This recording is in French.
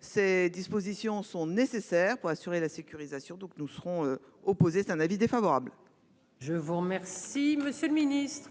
Ces dispositions sont nécessaires pour assurer la sécurisation donc nous serons opposés. C'est un avis défavorable. Je vous remercie Monsieur le Ministre.